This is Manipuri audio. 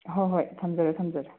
ꯍꯣꯏ ꯍꯣꯏ ꯊꯝꯖꯔꯦ ꯊꯝꯖꯔꯦ